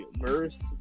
verse